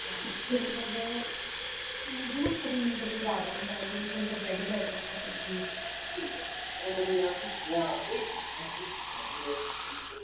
मतलब मिगी ना करीम क्रीम जैदा नीं चाहिदा अंदर ब्रैड ब्रैड गै चाहिदा ओह् बनी आग बस तुस बलगो